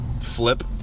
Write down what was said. flip